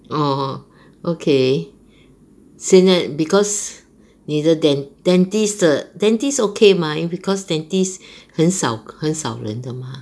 orh okay 现在 because 你的 den~ dentist 的 dentist okay mah because dentist 很少很少人的 mah